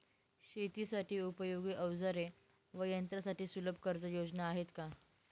शेतीसाठी उपयोगी औजारे व यंत्रासाठी सुलभ कर्जयोजना आहेत का?